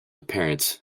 apparent